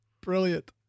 Brilliant